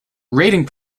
rating